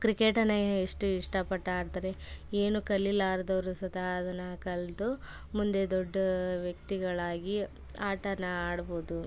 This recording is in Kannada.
ಕ್ರಿಕೆಟನ್ನ ಎಷ್ಟು ಇಷ್ಟಪಟ್ಟು ಆಡ್ತಾರೆ ಏನು ಕಲಿಲಾರದವ್ರು ಸತ ಅದನ್ನು ಕಲಿತು ಮುಂದೆ ದೊಡ್ಡ ವ್ಯಕ್ತಿಗಳಾಗಿ ಆಟನ ಆಡ್ಬೋದು